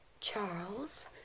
Charles